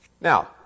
Now